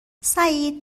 سعید